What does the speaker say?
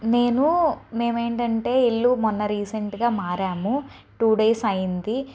నేను మేము ఏంటంటే ఇల్లు మొన్న రీసెంట్గా మారాము టూ డేస్ అయ్యింది